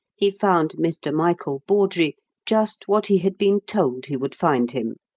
he found mr. michael bawdrey just what he had been told he would find him,